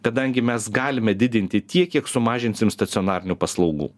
kadangi mes galime didinti tiek kiek sumažinsim stacionarinių paslaugų